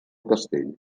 castell